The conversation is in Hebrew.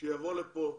שיבוא לכאן,